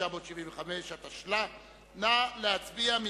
התשל"ה 1975, נא להצביע.